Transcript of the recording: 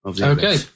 Okay